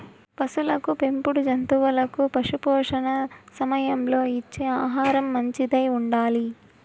పసులకు పెంపుడు జంతువులకు పశుపోషణ సమయంలో ఇచ్చే ఆహారం మంచిదై ఉండాలి